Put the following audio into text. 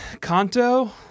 Kanto